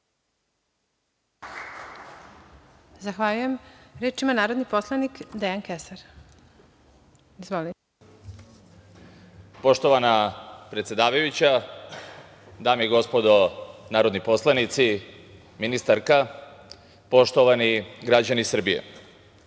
Zahvaljujem. Reč ima narodni poslanik Dejan Kesar. Izvolite. **Dejan Kesar** Poštovana predsedavajuća, dame i gospodo narodni poslanici, ministarka, poštovani građani Srbije,